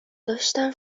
داشتم